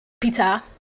Peter